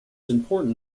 important